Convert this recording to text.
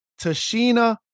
Tashina